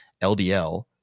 ldl